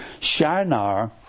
Shinar